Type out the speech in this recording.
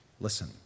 Listen